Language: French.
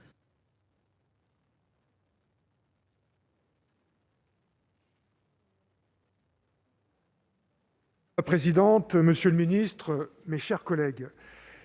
la présidente, monsieur le ministre, mes chers collègues,